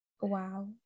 Wow